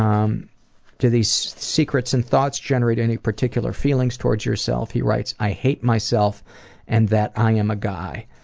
um do these secrets and thoughts generate any particular feelings towards yourself? he writes, i hate myself and that i am a guy.